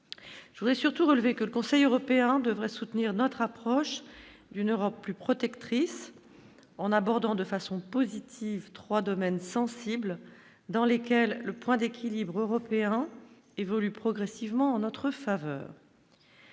je voudrais surtout relevé que le Conseil européen devrait soutenir notre approche d'une Europe plus protectrice en abordant de façon positive, 3 domaines sensibles, dans lesquelles le point d'équilibre européen évolue progressivement en notre faveur.